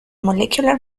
molecular